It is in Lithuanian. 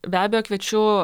be abejo kviečiu